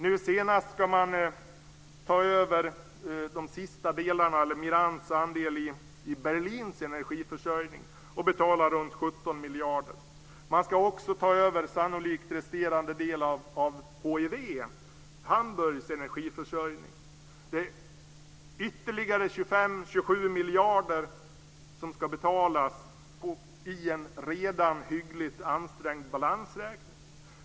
Nu senast ska man ta över Mirants andel i Berlins energiförsörjning och betala runt 17 miljarder. Man ska sannolikt också ta över den resterande delen av HEW, Hamburgs energiförsörjning. Det är ytterligare 25-27 miljarder som ska betalas i en redan hyggligt ansträngd balansräkning.